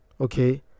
okay